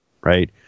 right